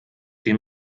den